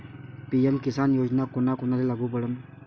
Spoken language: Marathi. पी.एम किसान योजना कोना कोनाले लागू पडन?